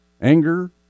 Anger